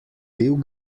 bil